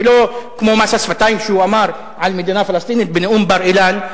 ולא כמו מס השפתיים שהוא אמר על מדינה פלסטינית בנאום בר-אילן,